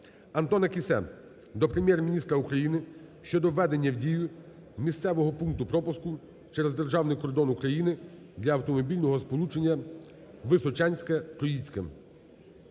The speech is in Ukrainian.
Антона Кіссе до Прем'єр-міністра України щодо введення в дію місцевого пункту пропуску через державний кордон України для автомобільного сполучення "Височанське -Троїцьке".